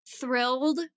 thrilled